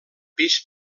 pis